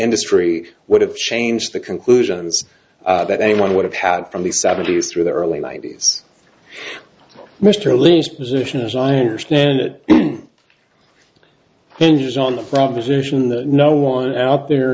industry would have changed the conclusions that anyone would have had from the seventy's through the early ninety's mr least position as i understand it hinges on the proposition that no one out there